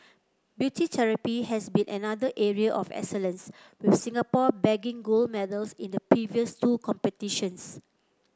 beauty therapy has been another area of excellence with Singapore bagging gold medals in the previous two competitions